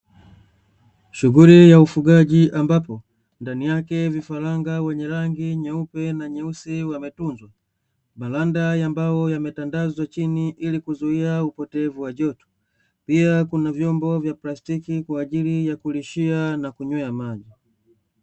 Shughuli ya ufugaji ambapo ndani yake vifaranga wenye rangi nyeupe na nyeusi wametubu balander ya mbao yametandazwa chini ili kuzuia upotevu wa joto pia kuna vyombo vya plastiki kwa ajili ya kulishia na kunywea maji